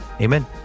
Amen